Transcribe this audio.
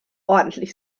ordentlich